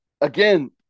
again